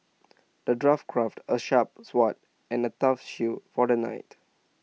the dwarf crafted A sharp sword and A tough shield for the knight